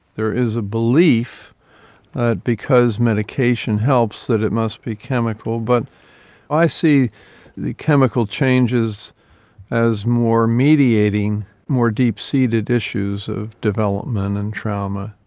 there is a belief because medication helps that it must be chemical, but i see the chemical changes as more mediating more deep-seated issues of development and trauma.